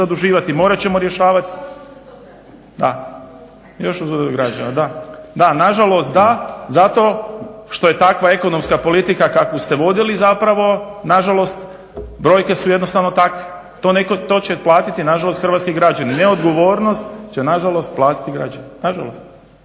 se./… Da, još uz …/Govornik se ne razumije./… na žalost da zato što je takva ekonomska politika kakvu ste vodili zapravo. Na žalost brojke su jednostavno takve. To će platiti na žalost hrvatski građani. Neodgovornost će na žalost platiti građani. Na žalost.